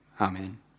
Amen